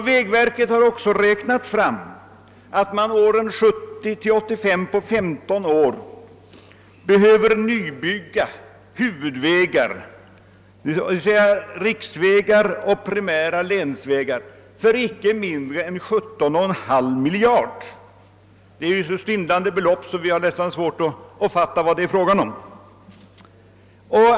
Vägverket har också räknat fram att man åren 1970—1985 — alltså på 15 år — behöver nybygga huvudvägar, d. v. s. riksvägar och primära länsvägar, för inte mindre än 17,5 miljarder kronor. Det är så svindlande belopp att vi nästan har svårt att fatta vad det är fråga om.